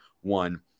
one